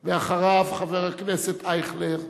אחריו, חבר הכנסת אייכלר.